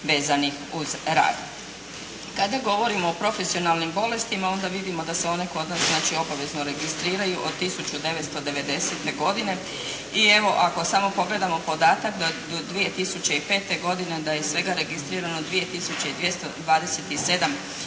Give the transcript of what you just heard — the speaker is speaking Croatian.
vezanih uz rad. Kada govorimo o profesionalnim bolestima onda vidimo da se one kod nas znači obavezno registriraju od 1990. godine. I evo, ako samo pogledamo podatak da do 2005. godine da je svega registrirano 2 tisuće